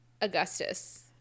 Augustus